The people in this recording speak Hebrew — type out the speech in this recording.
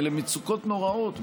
אלה מצוקות נוראות,